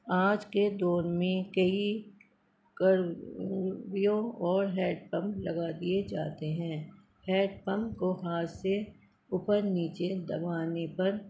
آج کے دور میں کئی کر یوں اور ہیڈ پمپ لگا دیے جاتے ہیں ہیڈ پمپ کو ہاتھ سے اوپر نیچے دبانے پر